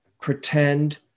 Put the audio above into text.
pretend